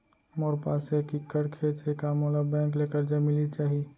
मोर पास एक एक्कड़ खेती हे का मोला बैंक ले करजा मिलिस जाही?